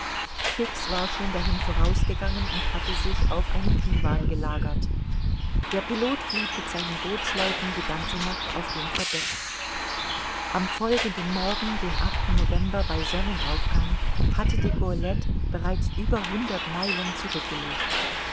fix war schon dahin vorausgegangen und hatte sich auf einen divan gelagert der pilot blieb mit seinen bootsleuten die ganze nacht auf dem verdeck am folgenden morgen den november bei sonnenaufgang hatte die goelette bereits über hundert meilen zurückgelegt